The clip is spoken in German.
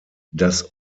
das